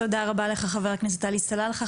תודה רבה לך ח"כ עלי סלאלחה.